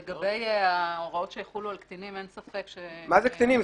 לגבי ההוראות שיחולו על קטינים אין ספק --- מה זה קטינים?